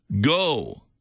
Go